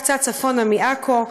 קצת צפונה מעכו.